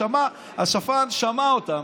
השפן שמע אותם.